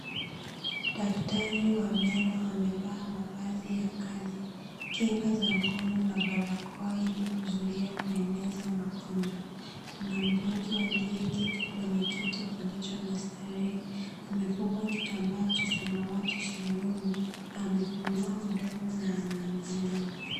Daktari wa meno amevaa mavazi ya kazi, kinga za mkono, na barakoa ili kuzuia kueneza magonjwa. Kuna mgonjwa aliyeketi kwenye kiti kilicho na starehe. Amefungwa kitambaa cha samawati shingoni, na amefungua mdomo na anaangaliwa.